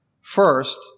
First